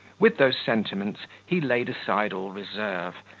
with those sentiments, he laid aside all reserve,